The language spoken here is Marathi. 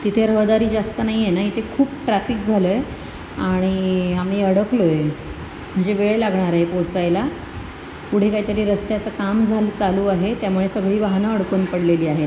तिथे रहदारी जास्त नाही आहे ना इथे खूप ट्रॅफिक झालं आहे आणि आम्ही अडकलोय म्हणजे वेळ लागणार आहे पोचायला पुढे काय तरी रस्त्याचं काम झालू चालू आहे त्यामुळे सगळी वाहनं अडकून पडलेली आहेत